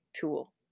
tool